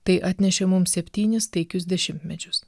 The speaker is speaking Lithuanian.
tai atnešė mum septynis taikius dešimtmečius